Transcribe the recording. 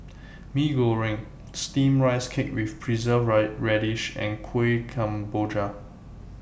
Mee Goreng Steamed Rice Cake with Preserved Radish and Kueh Kemboja